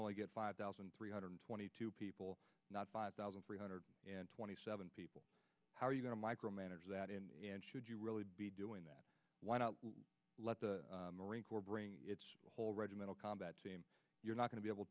only get five thousand three hundred twenty two people not five thousand three hundred twenty seven people how are you going to micro manage that in and should you really be doing that why not let the marine corps bring the whole regimental combat team you're not going to be able